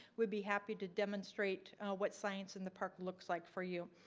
we'd be happy to demonstrate what science in the park looks like for you.